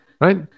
right